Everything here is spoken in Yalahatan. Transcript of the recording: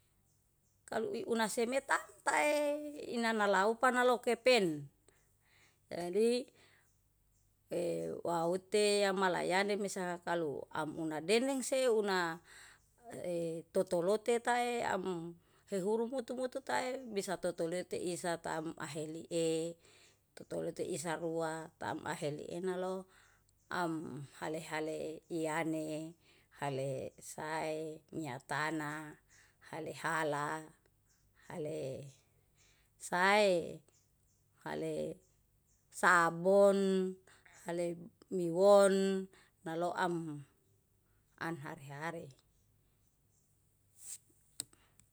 Kalu i una semetam tae ina nalau panaloke peni, jadi e waute yamalayane mesa kalu amuna dene se una totolote tae am hehuru butu-butu tae bisa tutulete isa tam ahilie tuturuti isarua tam ahele enalo am hale-hale iyane, hale sae minyak tanah, hale hala, hale sae, hale sabon, hale miwon, haloam anhare-hare.